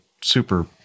super